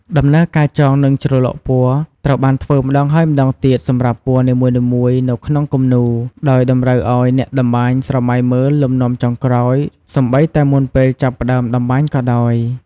ដំណើរការចង និងជ្រលក់ពណ៌ត្រូវបានធ្វើម្តងហើយម្តងទៀតសម្រាប់ពណ៌នីមួយៗនៅក្នុងគំនូរ ដោយតម្រូវឱ្យអ្នកតម្បាញស្រមៃមើលលំនាំចុងក្រោយសូម្បីតែមុនពេលចាប់ផ្តើមតម្បាញក៏ដោយ។